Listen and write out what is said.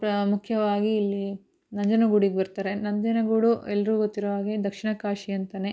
ಪ್ರಮುಖವಾಗಿ ಇಲ್ಲಿ ನಂಜನಗೂಡಿಗೆ ಬರ್ತಾರೆ ನಂಜನಗೂಡು ಎಲ್ರಿಗೂ ಗೊತ್ತಿರೋ ಹಾಗೆ ದಕ್ಷಿಣ ಕಾಶಿ ಅಂತಲೇ